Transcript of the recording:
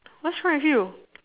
what's wrong with you